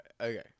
okay